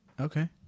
Okay